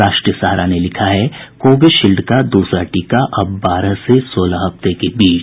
राष्ट्रीय सहारा ने लिखा है कोविशील्ड का दूसरा टीका अब बारह से सोलह हफ्ते के बीच